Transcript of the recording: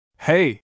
Hey